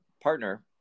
partner